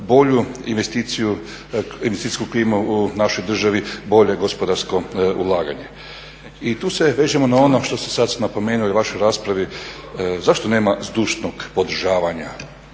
bolju investicijsku klimu u našoj državi, bolje gospodarsko ulaganje. I tu se vežemo na ono što ste sad napomenuli u vašoj raspravi zašto nema zdušnog podržavanja